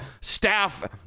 staff